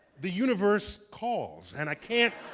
the universe calls and i can't,